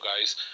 guys